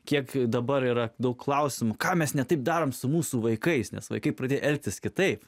kiek dabar yra daug klausimų ką mes ne taip darome su mūsų vaikais nes vaikai pradėjo elgtis kitaip